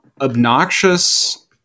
obnoxious